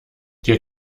dir